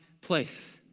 place